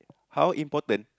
how important